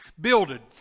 builded